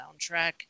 soundtrack